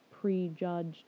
prejudged